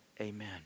amen